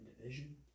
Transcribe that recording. division